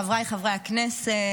חבריי חברי הכנסת,